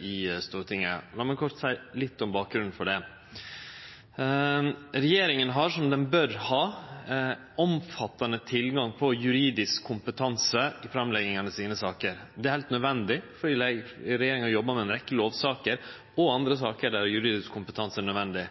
i Stortinget. La meg kort seie litt om bakgrunnen for det. Regjeringa har, som ho bør ha, omfattande tilgang på juridisk kompetanse ved framlegging av saker. Det er heilt nødvendig, for regjeringa jobbar med ei rekke lovsaker og andre saker der juridisk kompetanse er nødvendig.